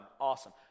awesome